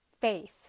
faith